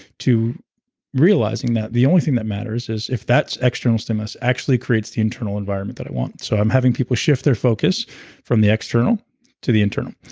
to realizing that the only thing that matters is if that external stimulus actually creates the internal environment that i want. so i'm having people shift their focus from the external to the internal.